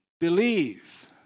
believe